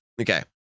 Okay